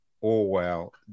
Orwell